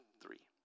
three